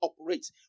operates